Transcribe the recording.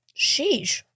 Sheesh